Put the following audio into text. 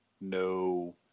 no